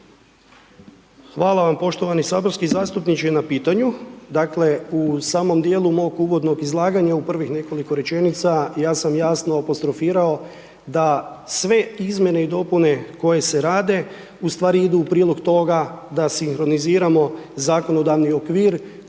Hvala vam poštovani saborski zastupniče na pitanju. Dakle, u samom dijelu mog uvodnog izlaganja, u prvih nekoliko rečenica, ja sam jasno apostrofirao, da sve izmjene i dopune koje se rade, ustvari idu u prilog toga, da sinkroniziramo zakonodavni okvir,